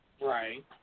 Right